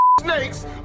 snakes